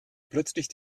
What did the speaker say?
plötzlich